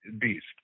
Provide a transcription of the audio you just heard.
beast